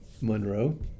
Monroe